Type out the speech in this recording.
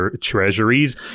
treasuries